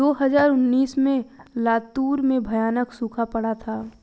दो हज़ार उन्नीस में लातूर में भयानक सूखा पड़ा था